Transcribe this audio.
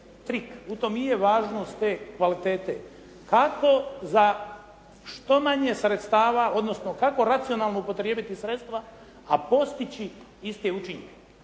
trik, u tome i je važnost te kvalitete, kako za što manje sredstava, odnosno kako racionalno upotrijebiti sredstva, a postići iste učinke.